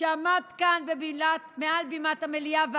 שעמד כאן מעל בימת המליאה ואמר,